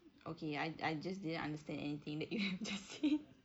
okay I I just didn't understand anything that you've just said